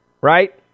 right